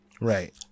Right